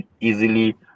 easily